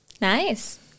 Nice